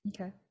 Okay